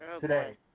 today